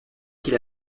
qu’il